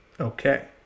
okay